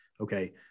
Okay